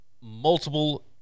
Multiple